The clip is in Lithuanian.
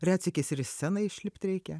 retsykiais ir į sceną išlipt reikia